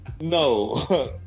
no